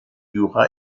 jura